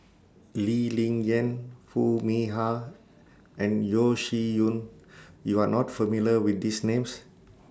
Lee Ling Yen Foo Mee Har and Yeo Shih Yun YOU Are not familiar with These Names